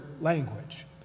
language